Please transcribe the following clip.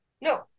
No